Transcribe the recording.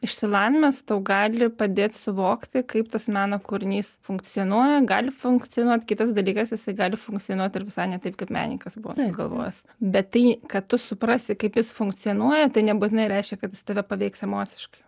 išsilavinimas tau gali padėti suvokti kaip tas meno kūrinys funkcionuoja gali funkcionuot kitas dalykas jisai gali funkcionuot ir visai ne taip kaip menininkas buvo sugalvojęs bet tai kad tu suprasi kaip jis funkcionuoja tai nebūtinai reiškia kad jis tave paveiks emociškai